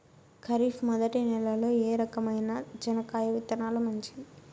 ఖరీఫ్ మొదటి నెల లో ఏ రకమైన చెనక్కాయ విత్తనాలు మంచివి